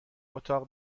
اتاق